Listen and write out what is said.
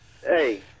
Hey